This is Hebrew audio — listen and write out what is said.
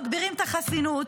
מגבירים את החסינות.